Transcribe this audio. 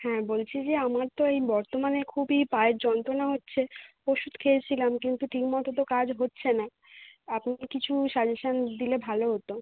হ্যাঁ বলছি যে আমার তো ওই বর্তমানে খুবই পায়ের যে যন্ত্রনা হচ্ছে ওষুধ খেয়েছিলাম কিন্তু ঠিক মতো তো কাজ হচ্ছে না আপনি একটু কিছু সাজেশান দিলে ভালো হতো